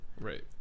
Right